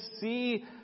see